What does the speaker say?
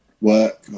work